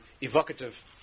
evocative